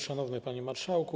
Szanowny Panie Marszałku!